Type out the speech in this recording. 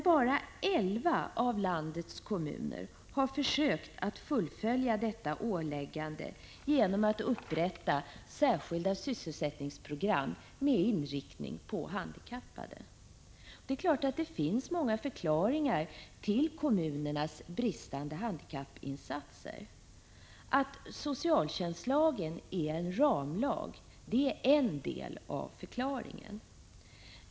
Bara 11 av landets kommuner har försökt fullfölja detta åläggande genom att upprätta särskilda sysselsättningsprogram med inriktning på handikappade. Det är klart att det finns många förklaringar till kommunernas bristande handikappinsatser. Att socialtjänstlagen är en ramlag är en del av förklaringen.